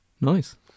Nice